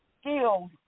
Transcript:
skills